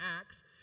Acts